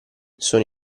sono